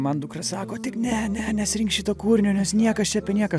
man dukra sako tik ne ne nesirink šito kūrinio nes niekas čia apie nieką